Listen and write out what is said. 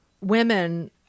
women